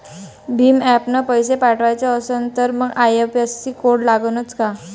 भीम ॲपनं पैसे पाठवायचा असन तर मंग आय.एफ.एस.सी कोड लागनच काय?